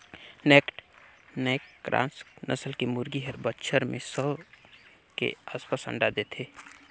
naked neck cross नसल के मुरगी हर बच्छर में सौ के आसपास अंडा देथे